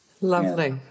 Lovely